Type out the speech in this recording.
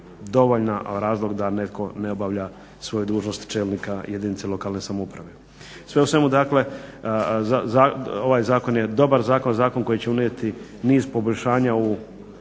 dovoljan razlog da netko ne obavlja svoju dužnost čelnika jedinice lokalne samouprave. Sve u svemu dakle ovaj zakon je dobar zakon, zakon koji će unijeti niz poboljšanja u